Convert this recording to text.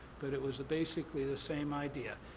but it was, basically, the same idea.